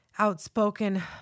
outspoken